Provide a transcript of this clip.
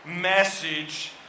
message